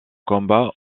combats